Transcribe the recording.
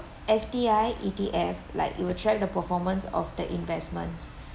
S_T_I E_T_F like it will track the performance of the investments